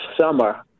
summer